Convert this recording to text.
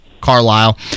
Carlisle